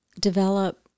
develop